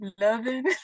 loving